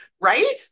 right